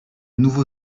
nouveau